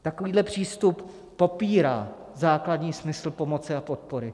Takovýto přístup popírá základní smysl pomoci a podpory.